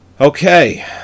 Okay